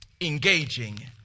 engaging